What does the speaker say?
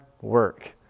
work